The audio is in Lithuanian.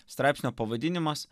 straipsnio pavadinimas